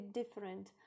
different